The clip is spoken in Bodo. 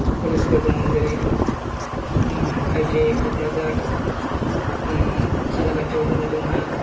कलेजफोर दङ जेरै ओम आइ ति आइ कक्राझार ओम सालाकातियाव दङ जोंहा